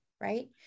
right